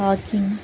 walking